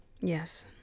Yes